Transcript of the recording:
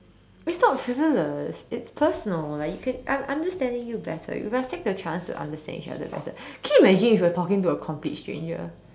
it's not frivolous it's personal like you can I'm I'm just telling you better you must take the chance to understand each other better can you imagine if you were talking to a complete stranger